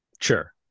Sure